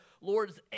Lord's